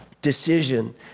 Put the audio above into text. Decision